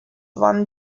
one